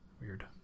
weird